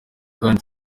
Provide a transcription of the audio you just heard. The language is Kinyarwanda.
kandi